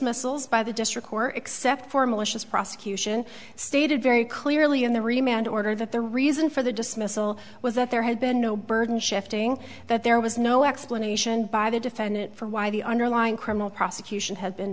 dismissals by the district court except for malicious prosecution stated very clearly in the remount order that the reason for the dismissal was that there had been no burden shifting that there was no explanation by the defendant for why the underlying criminal prosecution had been